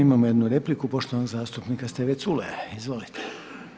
Imamo jednu repliku poštovanog zastupnika Steve Culeja, izvolite.